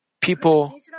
people